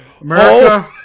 America